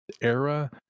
era